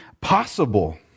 possible